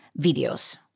videos